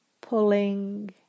pulling